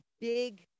big